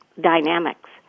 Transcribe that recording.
dynamics